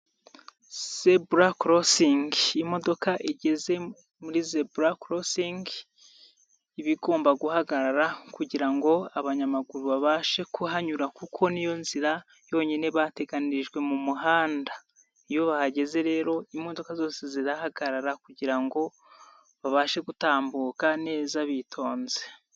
Zebura korosingi, imodoka igeze muri zebura korosingi, iba igomba guhagarara kugira ngo abanyamaguru babashe kuhanyura, kuko n'iyo nzira yonyine bateganirijwe mu muhanda, iyo bahageze rero imodoka zose zirahagarara kugira ngo babashe gutambuka neza bitonze.